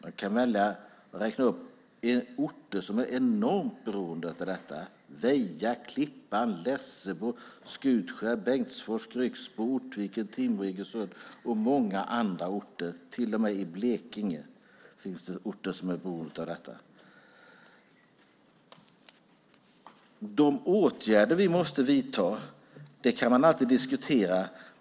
Jag kan räkna upp orter som är enormt beroende av detta: Väja, Klippan, Lessebo, Skutskär, Bengtsfors, Grycksbo, Ortviken, Iggesund och många andra. Till och med i Blekinge finns det orter som är beroende av detta. Vilka åtgärder vi måste vidta kan man alltid diskutera.